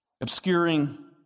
obscuring